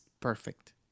perfect